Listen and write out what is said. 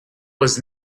was